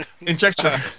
injection